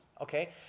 okay